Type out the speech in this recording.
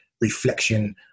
reflection